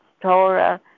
Torah